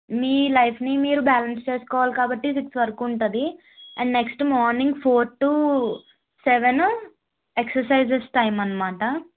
నీ లైఫ్ని మీరు బ్యాలెన్స్ చేసుకోవాలి కాబట్టి సిక్స్ వరకు ఉంటుంది next morning four to seven exercises time అన్నమాట